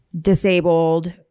disabled